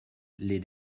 les